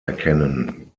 erkennen